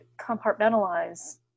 compartmentalize